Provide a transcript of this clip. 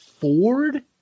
Ford